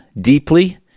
deeply